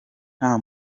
nta